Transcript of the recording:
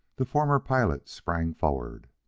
the former pilot sprang forward.